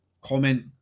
comment